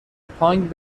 پانگ